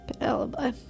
alibi